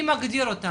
מי מגדיר אותם?